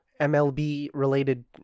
MLB-related